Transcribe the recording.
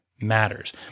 matters